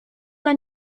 dla